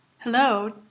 Hello